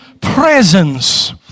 presence